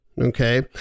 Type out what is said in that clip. okay